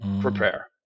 prepare